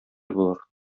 булыр